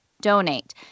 donate